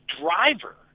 driver